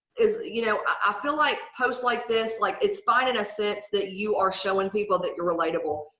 is you know i feel like post like this like it's fine in a sense that you are showing people that you're relatable.